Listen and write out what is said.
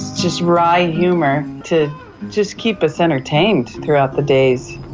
just wry humour, to just keep us entertained throughout the days.